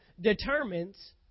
determines